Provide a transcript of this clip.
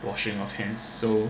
washing of hands so